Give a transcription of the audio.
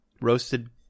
roasted